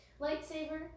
lightsaber